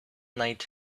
night